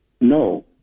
no